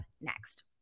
next